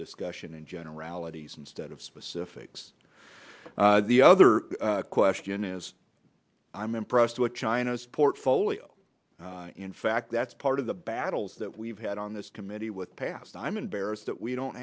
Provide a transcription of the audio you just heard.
discussion in generalities instead of specifics the other question is i'm impressed with china's portfolio in fact that's part of the battles that we've had on this committee with the past i'm embarrassed that we don't